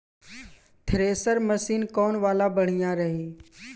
Thresher machine कौन वाला बढ़िया रही?